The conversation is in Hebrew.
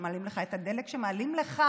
כשמעלים לך